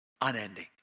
unending